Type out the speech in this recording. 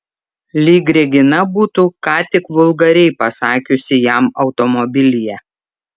lyg regina būtų ką tik vulgariai pasakiusi jam automobilyje